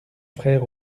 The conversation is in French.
frère